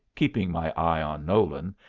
keeping my eye on nolan,